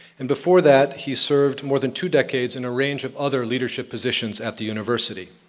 and before that he served more than two decades in a range of other leadership positions at the university.